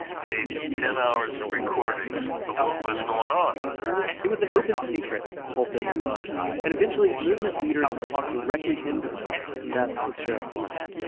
made ten hours of recordings of what was going on it was an open secret that the pulpit was bugged. and eventually, movement leaders would talk directly into the bug to mess with sheriff clark.